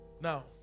Now